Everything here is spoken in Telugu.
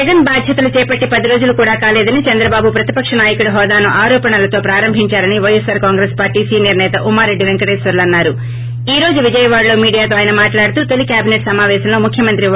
జగన్ బాద్యతలు చేపట్టి పది రోజులు కూడా కాలేదని చంద్రబాబు ప్రతిపక్ష నాయకుడి పోదాను ఆరోపణలతో ప్రారంభించారని పైఎస్సార్ కాంగ్రెస్ పార్లీ సీనియర్ నేత ఉమ్మా రెడ్డి వెంకటేశ్వర్లు ఎద్దావా చేసారు తొలి కేబిసెట్ సమావేశంలో ముఖ్యమంత్రి పె